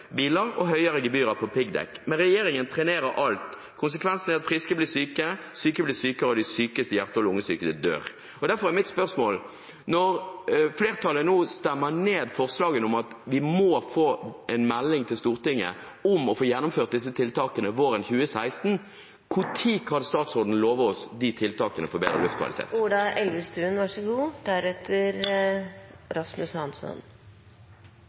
biler og høyere gebyrer på piggdekk, men regjeringen trenerer alt. Konsekvensene er at friske blir syke, syke blir sykere, og de sykeste hjerte- og lungesyke dør. Derfor er mitt spørsmål: Når flertallet nå stemmer ned forslagene om at vi må få en melding til Stortinget om å få gjennomført disse tiltakene våren 2016 – når kan statsråden love oss de tiltakene for bedre luftkvalitet?